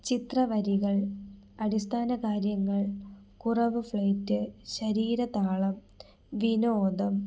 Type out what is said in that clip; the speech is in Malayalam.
ചിത്ര വരികൾ അടിസ്ഥാന കാര്യങ്ങൾ കുറവ് ഫ്ലീറ്റ് ശരീരതാളം വിനോദം